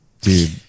Dude